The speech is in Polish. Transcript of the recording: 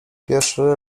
pierwszy